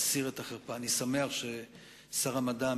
אני שמח ששר המדע,